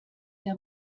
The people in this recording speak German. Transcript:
der